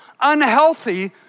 unhealthy